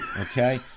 okay